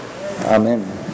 Amen